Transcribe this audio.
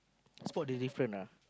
spot the different ah